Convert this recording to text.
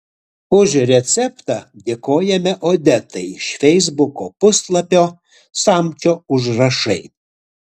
už receptą dėkojame odetai iš feisbuko puslapio samčio užrašai